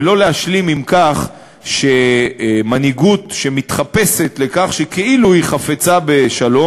ולא להשלים עם כך שמנהיגות שמתחפשת כאילו היא חפצה בשלום,